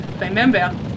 remember